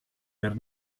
per